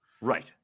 right